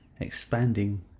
Expanding